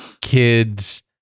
kid's